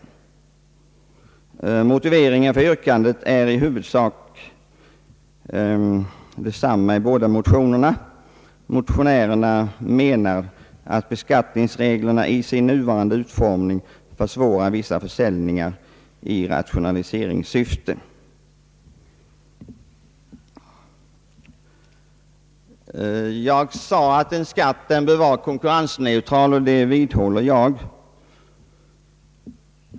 Utskottet tillägger: »Motiveringen för yrkandena är i huvudsak densamma. Motionärerna menar att beskattningsreglerna i sin nuvarande utformning försvårar vissa försäljningar i rationaliseringssyfte.» Jag nämnde att en skatt bör vara konkurrensneutral, och det vidhåller jag.